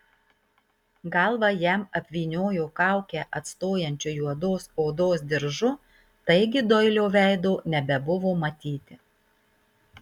galvą jam apvyniojo kaukę atstojančiu juodos odos diržu taigi doilio veido nebebuvo matyti